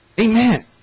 amen